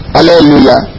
Hallelujah